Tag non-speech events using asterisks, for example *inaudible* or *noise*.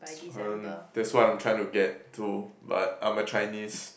*noise* um that's what I'm trying to get to but I'm a Chinese